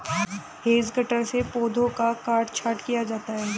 hedge cutter से पौधों का काट छांट किया जाता है